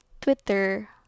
Twitter